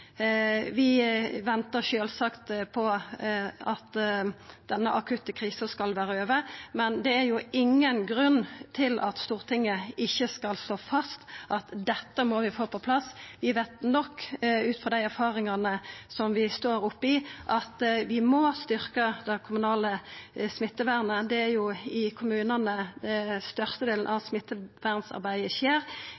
Vi ventar sjølvsagt på at denne akutte krisa skal vera over, men det er jo ingen grunn til at Stortinget ikkje skal slå fast at vi må få dette på plass. Vi veit nok ut frå dei erfaringane som vi står oppe i – vi må styrkja det kommunale smittevernet. Det er jo i kommunane størstedelen av